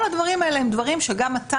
כל הדברים האלה הם דברים שגם אתה,